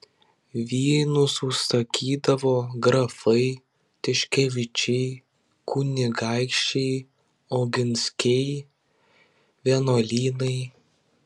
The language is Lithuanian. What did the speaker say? vynus užsakydavo grafai tiškevičiai kunigaikščiai oginskiai vienuolynai